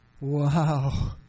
Wow